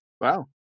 Wow